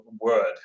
word